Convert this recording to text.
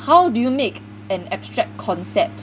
how do you make an abstract concept